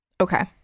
Okay